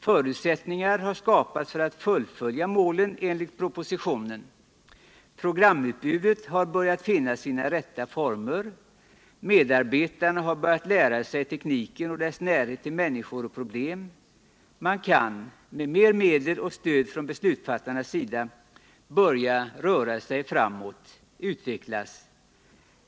Förutsättningar har skapats för att nå målen enligt propositionen. Programutbudet har börjat finna sina rätta former. Medarbetarna har börjat lära sig tekniken och dess närhet till människor och problem. Man kan, med mer medel och stöd från beslutsfattarnas sida, börja röra sig framåt, utvecklas.